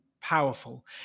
powerful